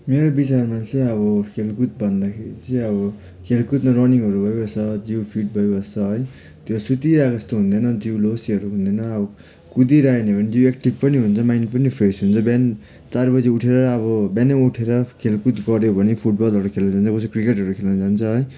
मेरो विचारमा चाहिँ अब खेलकुद भन्दाखेरि चाहिँ अब खेलकुदमा रनिङहरू भइबस्छ जिउ फिट भइबस्छ है त्यो सुतिरहेको जस्तो हुँदैन त्यो लोसेहरू हुँदैन अब कुदिरहने हो भने जिउ एक्टिभ पनि हुन्छ माइन्ड पनि फ्रेस हुन्छ चार बजी उठेर अब बिहानै उठेर खेलकुद गर्यो भने फुटबलहरू खेल्नु जान्छ कसै क्रिकेटहरू खेल्नु जान्छ है